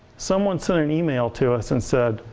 someone sent an email to us and said,